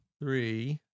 three